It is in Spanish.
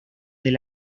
del